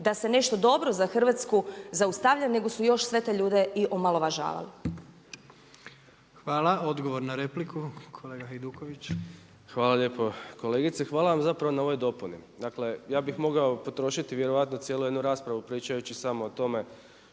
da se nešto dobro za hrvatsku zaustavlja nego su još sve te ljude i omalovažavali. **Jandroković, Gordan (HDZ)** Hvala. Odgovor na repliku kolega Hajduković. **Hajduković, Domagoj (SDP)** Hvala lijepo. Kolegice hvala vam zapravo na ovoj dopuni. Ja bih mogao potrošiti vjerojatno cijelu jednu raspravu pričajući samo o tome